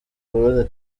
burundi